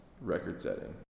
record-setting